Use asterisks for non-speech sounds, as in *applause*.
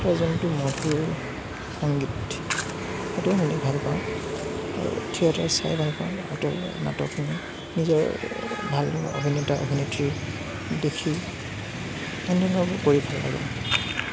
*unintelligible* সংগীত সেইটোও শুনি ভাল পাওঁ আৰু থিয়েটাৰ চাই ভাল পাওঁ নাটকখিনি নিজে ভাল অভিনেতা অভিনেত্ৰী দেখি অন্যান্যবোৰ কৰি ভাল পাওঁ